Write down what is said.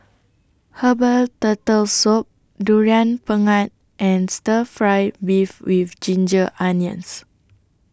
Herbal Turtle Soup Durian Pengat and Stir Fry Beef with Ginger Onions